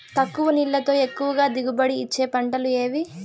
తక్కువ నీళ్లతో ఎక్కువగా దిగుబడి ఇచ్చే పంటలు ఏవి?